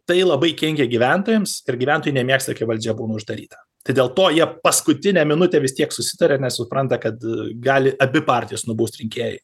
tai labai kenkia gyventojams ir gyventojai nemėgsta kai valdžia būna uždaryta tai dėl to jie paskutinę minutę vis tiek susitaria nes supranta kad gali abi partijas nubaust rinkėjai